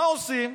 מה עושים?